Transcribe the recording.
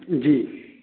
जी